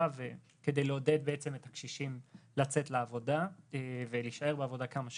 כדי לעודד קשישים לצאת לעבודה ולהישאר בעבודה כמה שיותר.